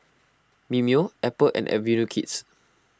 Mimeo Apple and Avenue Kids